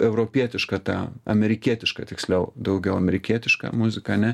europietiška ta amerikietiška tiksliau daugiau amerikietiška muzika ane